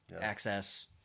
access